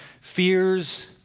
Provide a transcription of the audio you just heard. fears